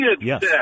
Yes